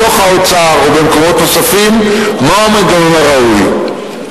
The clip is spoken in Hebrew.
בתוך האוצר ובמקומות נוספים, מהו המנגנון הראוי.